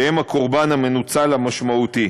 שהם הקורבן המנוצל המשמעותי.